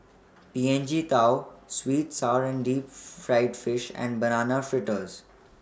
P N G Tao Sweet Sour and Deep Fried Fish and Banana Fritters